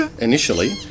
initially